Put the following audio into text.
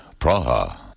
Praha